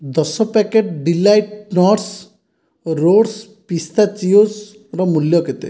ଦଶ packet delight nuts roasted ପିସ୍ତାଚିଓଜ୍ର ମୂଲ୍ୟ କେତେ